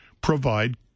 Provide